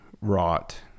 wrought